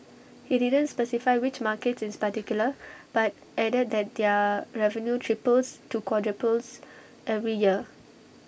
he didn't specify which markets ins particular but added that their revenue triples to quadruples every year